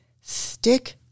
stick